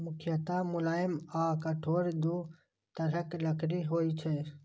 मुख्यतः मुलायम आ कठोर दू तरहक लकड़ी होइ छै